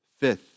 Fifth